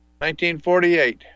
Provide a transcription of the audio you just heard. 1948